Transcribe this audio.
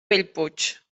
bellpuig